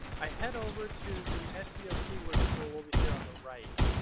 i head over to the seo keyword tool over here on the right.